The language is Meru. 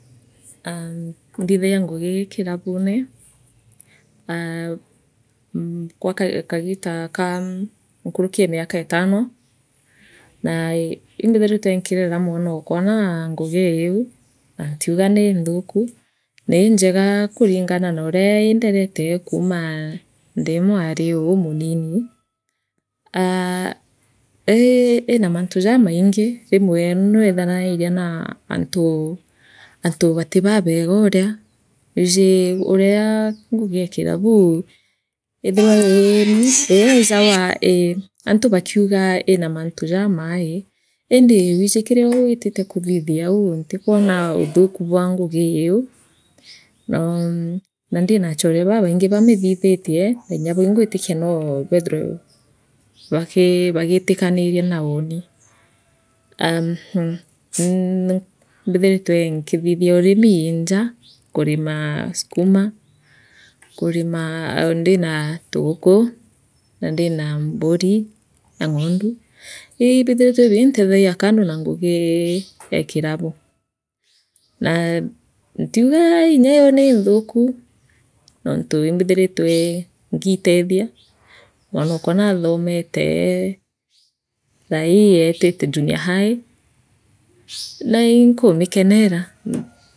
Aa nthithagia ngugi kilabune aa gwa kagi kagitaa kaa nkuruki ee miaka itano na ii a nthithagia ngugi kirabune aa gwaa kajgi kagitaa kaa miaketano naa ii imbithiritwa nkirera mwano kwa naa ngugiu na ntiugaa niinthuku nii injega kuringana nooria inderite kuuma ndi mwari umunini aa ii ina mantu jamaingi rimwe nwithenaina naantu antu bati baabega uria nwiiji uria ngugi ee kirabu ithairwa ii eejagwa ii antu bakiuga e iina mabtu jamaii indi wiiji kiria wiitite kuthithiau ntikwona uthuku bwa ngugi iu oo naa ndira achoone babingi bamithithitie naa nyabo ingwitikia noo beethire baki baagitikariria naa uni naa imbithiritwe nkithithia urimi njaa kurimaa skuma kurima aa ndina tuguku na ndina mburi na ng’ondu ibiithiritwe biintetiaga kando na ngugi ee kirabu naa ntiuga nyayo niinthuku nontu imbithiritwe ngiiteethia mwanokwa naathomete thaii eetite junior high naa inkumilkerera.